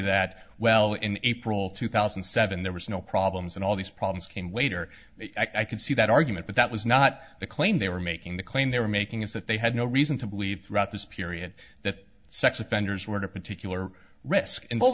that well in april two thousand and seven there was no problems and all these problems came later i can see that argument but that was not the claim they were making the claim they were making is that they had no reason to believe throughout this period that sex offenders were particular risk involved